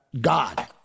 God